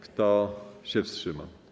Kto się wstrzymał?